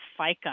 FICA